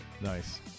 nice